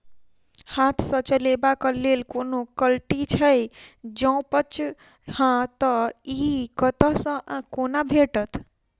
हाथ सऽ चलेबाक लेल कोनों कल्टी छै, जौंपच हाँ तऽ, इ कतह सऽ आ कोना भेटत?